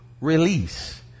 release